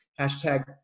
hashtag